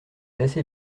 assez